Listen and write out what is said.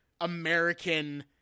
American